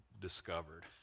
discovered